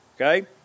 Okay